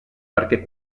perquè